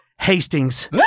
Hastings